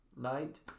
night